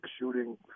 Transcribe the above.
shooting